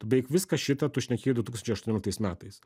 beveik viską šitą tu šnekėjai du tūkstančiai aštuonioliktais metais